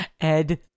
Ed